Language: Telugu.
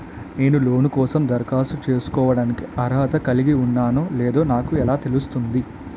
నేను లోన్ కోసం దరఖాస్తు చేసుకోవడానికి అర్హత కలిగి ఉన్నానో లేదో నాకు ఎలా తెలుస్తుంది?